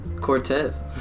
Cortez